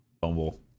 Fumble